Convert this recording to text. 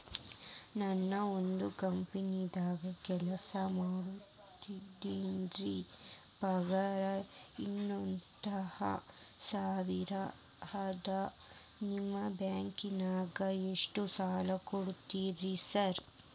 ನಾನ ಒಂದ್ ಕಂಪನ್ಯಾಗ ಕೆಲ್ಸ ಮಾಡಾಕತೇನಿರಿ ಪಗಾರ ಇಪ್ಪತ್ತ ಸಾವಿರ ಅದಾ ನಿಮ್ಮ ಬ್ಯಾಂಕಿನಾಗ ಎಷ್ಟ ಸಾಲ ಕೊಡ್ತೇರಿ ಸಾರ್?